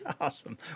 Awesome